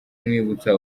amwibutsa